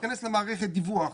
תיכנס למערכת דיווח,